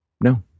No